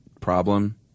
problem